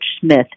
Smith